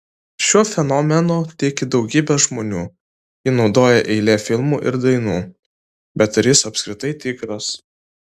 šiuo fenomenu tiki daugybė žmonių jį naudoja eilė filmų ir dainų bet ar jis apskritai tikras